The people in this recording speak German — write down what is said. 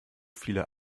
viele